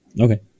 Okay